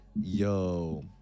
Yo